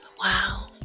Wow